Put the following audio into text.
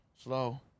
slow